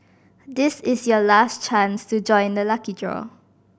this is your last chance to join the lucky draw